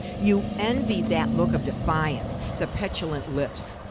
you envied that look of defiance, the petulant lips.